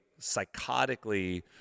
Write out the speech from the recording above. psychotically